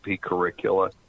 curricula